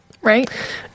Right